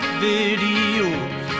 videos